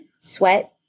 sweat